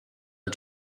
are